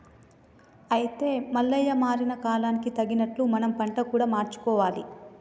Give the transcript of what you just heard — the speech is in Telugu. అయితే మల్లయ్య మారిన కాలానికి తగినట్లు మనం పంట కూడా మార్చుకోవాలి